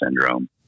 syndrome